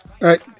right